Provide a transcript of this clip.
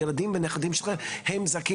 הילדים והנכדים שלך הם זכאים.